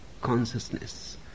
consciousness